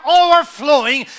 overflowing